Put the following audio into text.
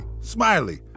Smiley